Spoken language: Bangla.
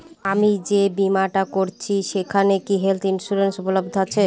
আমি যে বীমাটা করছি সেইখানে কি হেল্থ ইন্সুরেন্স উপলব্ধ আছে?